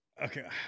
Okay